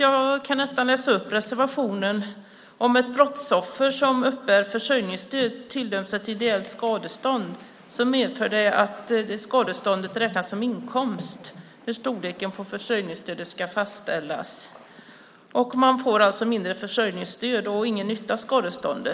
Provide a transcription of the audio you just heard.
Jag kan läsa upp ur reservationen: Om ett brottsoffer som uppbär försörjningsstöd tilldöms ett ideellt skadestånd medför det att det skadeståndet räknas som inkomst när storleken på försörjningsstödet ska fastställas. Man får alltså mindre i försörjningsstöd och ingen nytta av skadeståndet.